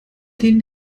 den